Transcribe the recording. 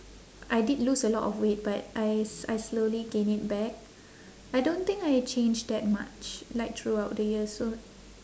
I did lose a lot of weight but I s~ I slowly gain it back I don't think I change that much like throughout the years so